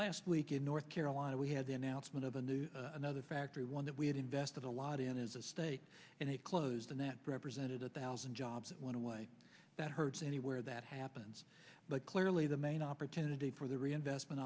last week in north carolina we had the announcement of a new another factory one that we had invested a lot in as a state and it closed in that presented a thousand jobs that went away that hurts anywhere that happens but clearly the main the opportunity for the reinvestment